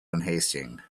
unhasting